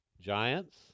Giants